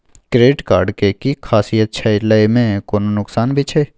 Credit card के कि खासियत छै, लय में कोनो नुकसान भी छै?